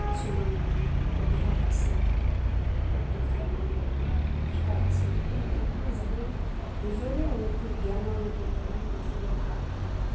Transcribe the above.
কিছুমান ইতিহাস আছে প্ৰত্যেক ধৰ্মৰে ইতিহাস আছে সেই ইতিহাসবিলাক জানিলে নিজৰে উন্নতি জ্ঞানৰ উন্নতি হয় নিজৰে ভাল